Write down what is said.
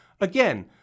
Again